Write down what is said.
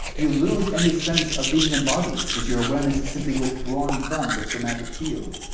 you lose any sense of being embodied because your awareness is simply withdrawn from the somatic field.